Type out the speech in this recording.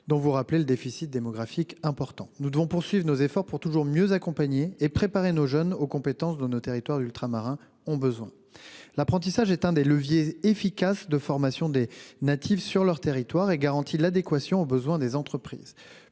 dont vous avez rappelé l'important déficit démographique. Nous devons poursuivre nos efforts pour toujours mieux accompagner nos jeunes et les préparer aux compétences dont nos territoires ultramarins ont besoin. L'apprentissage est l'un des leviers efficaces de formation des natifs sur leurs territoires, qui garantit de plus l'adéquation aux besoins des entreprises.